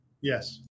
Yes